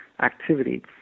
activity